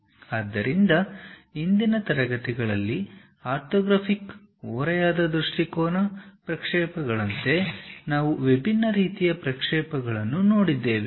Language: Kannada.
ಆದ್ದರಿಂದ ಹಿಂದಿನ ತರಗತಿಗಳಲ್ಲಿ ಆರ್ಥೋಗ್ರಾಫಿಕ್ ಓರೆಯಾದ ಮತ್ತು ದೃಷ್ಟಿಕೋನ ಪ್ರಕ್ಷೇಪಗಳಂತೆ ನಾವು ವಿಭಿನ್ನ ರೀತಿಯ ಪ್ರಕ್ಷೇಪಗಳನ್ನು ನೋಡಿದ್ದೇವೆ